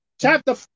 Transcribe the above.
chapter